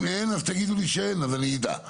אם אין, אז תגידו לי שאין, אז אני אדע.